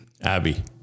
Abby